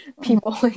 people